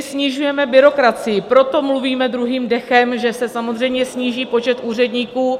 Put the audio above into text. Snižujeme byrokracii, proto mluvíme druhým dechem, že se samozřejmě sníží počet úředníků.